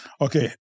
okay